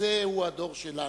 כזה הוא הדור שלנו.